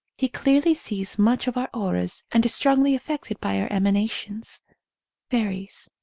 he clearly sees much of our auras and is strongly affected by our emana tions. fairies.